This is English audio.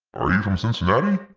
are you from cincinnati?